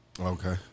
Okay